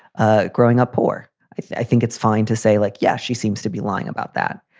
ah growing up poor. i think it's fine to say, like, yeah, she seems to be lying about that.